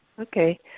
Okay